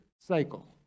cycle